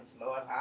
Lord